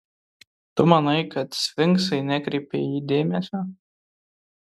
tu manai kad sfinksai nekreipia į jį dėmesio